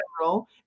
general